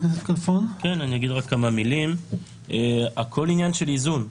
לדעתי הכול עניין של איזון.